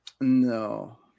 No